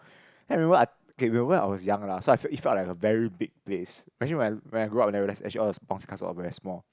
I remember I okay remember I was young lah so I feel it felt like like a very big place actually when I when I grow up then actually all the bounce castles are very small